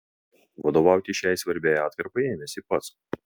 vadovauti šiai svarbiai atkarpai ėmėsi pats